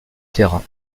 terrain